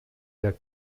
der